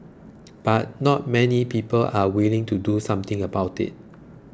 but not many people are willing to do something about it